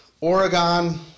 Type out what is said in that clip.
Oregon